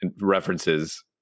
references